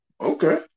Okay